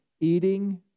eating